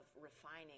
refining